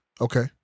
Okay